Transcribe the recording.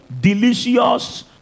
delicious